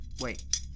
Wait